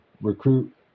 recruit